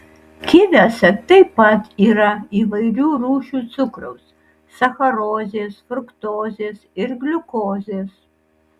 kiviuose taip pat yra įvairių rūšių cukraus sacharozės fruktozės ir gliukozės